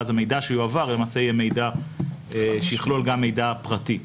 ואז המידע שיועבר הוא למעשה מידע שיכלול גם מידע פרטי.